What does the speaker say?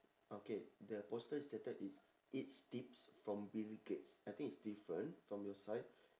okay the poster stated it's rich tips from bill gates I think it's different from your side